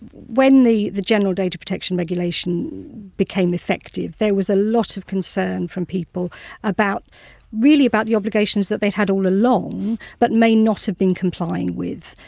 when the the general data protection regulation became effective there was a lot of concern from people about really about the obligations that they'd had along but may not have been complying with.